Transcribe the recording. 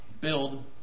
build